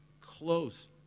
close